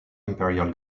imperial